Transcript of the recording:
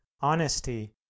honesty